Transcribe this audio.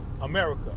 America